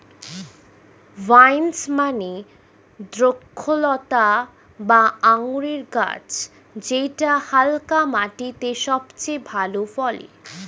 vines মানে দ্রক্ষলতা বা আঙুরের গাছ যেটা হালকা মাটিতে সবচেয়ে ভালো ফলে